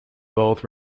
both